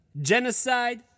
Genocide